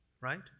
right